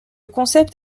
concept